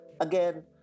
again